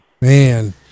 Man